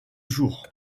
jour